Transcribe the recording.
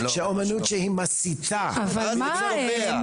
שאמנות שהיא מסיתה -- אבל מה,